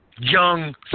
young